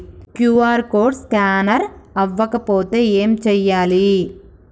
QR code scanner అవ్వకపోతే ఏం చేయాలి?